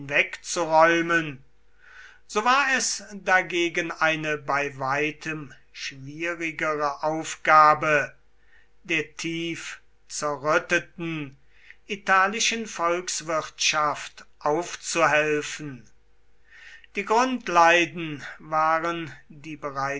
hinwegzuräumen so war es dagegen eine bei weitem schwierigere aufgabe der tief zerrütteten italischen volkswirtschaft aufzuhelfen die grundleiden waren